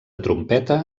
trompeta